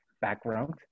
background